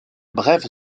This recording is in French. brève